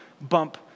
bump